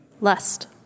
Lust